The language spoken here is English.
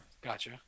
Gotcha